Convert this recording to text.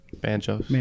banjo